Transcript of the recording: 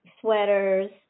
sweaters